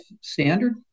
standard